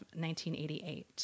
1988